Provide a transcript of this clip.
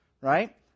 right